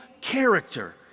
character